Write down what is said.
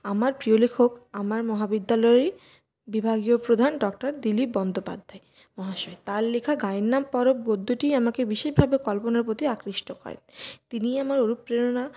আমার প্রিয় লেখক আমার মহাবিদ্যালয়েরই বিভাগীয় প্রধান ডঃ দিলীপ বন্দ্যোপাধ্যায় মহাশয় তাঁর লেখা গাঁয়ের নাম পরব গদ্যটি আমাকে বিশেষভাবে কল্পনার প্রতি আকৃষ্ট করে তিনিই আমার অনুপ্রেরণা